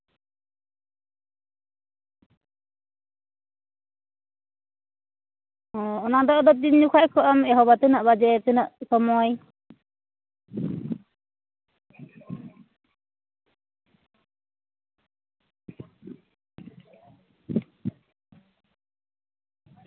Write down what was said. ᱚ ᱚᱱᱟ ᱫᱚ ᱟᱫᱚ ᱛᱤᱱ ᱡᱚᱠᱷᱟᱜ ᱠᱷᱚᱱᱮᱢ ᱮᱦᱚᱵᱟ ᱛᱤᱱᱟᱹᱜ ᱵᱟᱡᱮ ᱛᱤᱱᱟᱹᱜ ᱥᱚᱢᱚᱭ